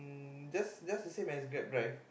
just just the same as Grab Ride